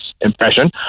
impression